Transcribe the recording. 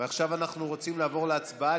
עכשיו אנחנו רוצים לעבור להצבעה.